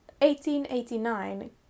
1889